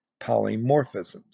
polymorphisms